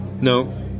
No